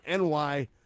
NY –